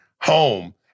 home